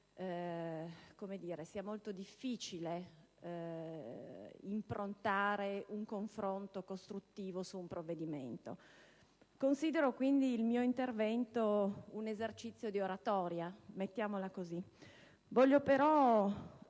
deserta sia molto difficile improntare un confronto costruttivo su un provvedimento. Considero quindi il mio intervento un esercizio di oratoria, mettiamola così. Voglio però